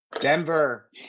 Denver